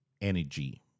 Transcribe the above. energy